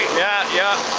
yeah, yeah.